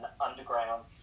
underground